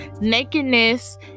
Nakedness